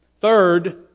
Third